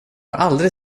aldrig